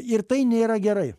ir tai nėra gerai